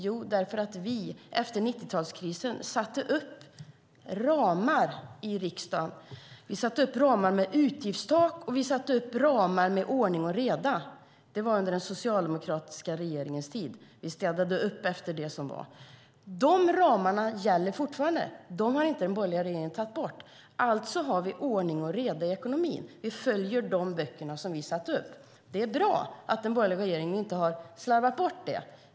Jo, därför att vi efter 90-talskrisen satte upp ramar i riksdagen. Vi satte upp ramar med utgiftstak för att få ordning och reda. Det var under den socialdemokratiska regeringens tid. Vi städade upp efter det som skett. De ramarna gäller fortfarande. Dem har inte den borgerliga regeringen tagit bort. Alltså har vi ordning och reda i ekonomin. Vi följer de böcker som vi satte upp. Det är bra att den borgerliga regeringen inte har slarvat bort detta.